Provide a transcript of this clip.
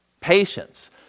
patience